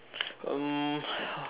um